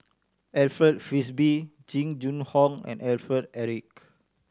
Alfred Frisby Jing Jun Hong and Alfred Eric